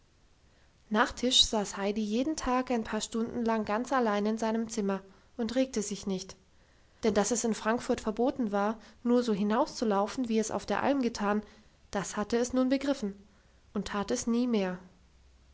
tisch saß heidi jeden tag ein paar stunden lang ganz allein in seinem zimmer und regte sich nicht denn dass es in frankfurt verboten war nur so hinauszulaufen wie es auf der alm getan das hatte es nun begriffen und tat es nie mehr